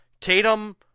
Tatum